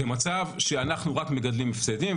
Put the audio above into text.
זה מצב שאנחנו רק מגדלים הפסדים,